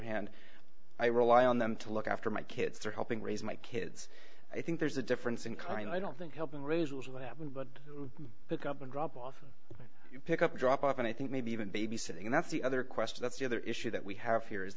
hand i rely on them to look after my kids are helping raise my kids i think there's a difference in kind i don't think helping raise will happen but pick up and drop off pick up drop off and i think maybe even babysitting and that's the other question that's the other issue that we have here is